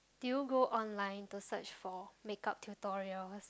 do you go online to search for makeup tutorial